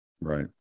right